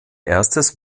erstes